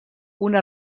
una